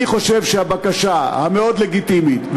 אני חושב שהבקשה המאוד-לגיטימית,